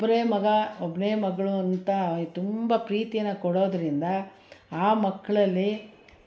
ಒಬ್ಬರೇ ಮಗ ಒಬ್ಬನೇ ಮಗಳು ಅಂತ ತುಂಬ ಪ್ರೀತಿನ ಕೊಡೋದರಿಂದ ಆ ಮಕ್ಕಳಲ್ಲಿ